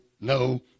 no